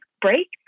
break